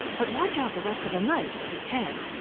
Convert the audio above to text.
but watch out the rest of the night if you can!